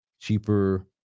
cheaper